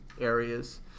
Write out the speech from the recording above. areas